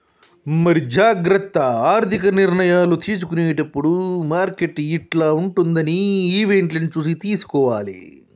మరి జాగ్రత్త ఆర్థిక నిర్ణయాలు తీసుకునేటప్పుడు మార్కెట్ యిట్ల ఉంటదని ఈవెంట్లను చూసి తీసుకోవాలి